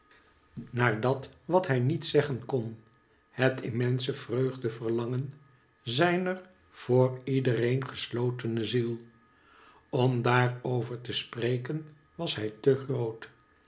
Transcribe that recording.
naar dat wat hij niet ioo zeggen kon nee immense vreugaeverlangen zyner voor ledereen geslotene ziel om daar over te spreken was hij te groot